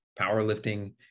powerlifting